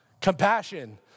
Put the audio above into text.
compassion